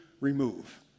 remove